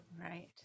Right